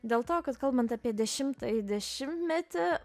dėl to kad kalbant apie dešimtąjį dešimtmetį